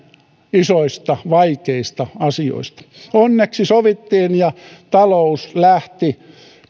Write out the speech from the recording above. isoista vaikeista asioista onneksi sovittiin ja talous lähti